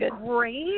great